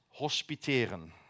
hospiteren